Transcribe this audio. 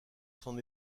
son